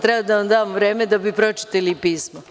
Treba da vam dam vreme da bi pročitali pismo?